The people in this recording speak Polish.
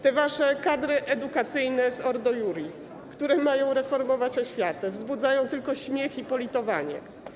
Te wasze kadry edukacyjne z Ordo Iuris, które mają reformować oświatę, wzbudzają tylko śmiech i politowanie.